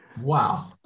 Wow